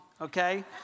okay